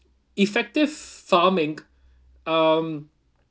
effective farming um